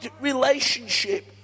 relationship